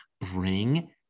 bring